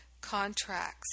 contracts